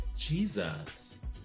Jesus